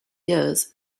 years